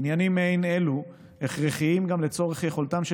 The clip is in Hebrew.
עניינים מעין אלו הכרחיים גם לצורך יכולתם של